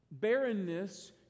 barrenness